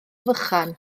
fychan